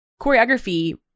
choreography